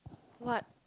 what